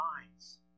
minds